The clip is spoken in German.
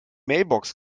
mailbox